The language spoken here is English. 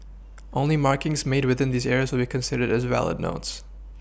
only markings made within these areas will considered as valid notes